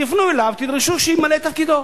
תפנו אליו, תדרשו שימלא את תפקידו.